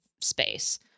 space